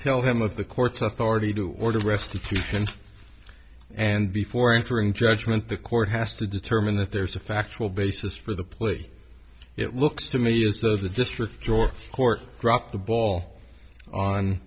tell him of the court's authority to order restitution and before entering judgment the court has to determine that there's a factual basis for the plea it looks to me as though the district or court dropped the ball on